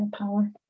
power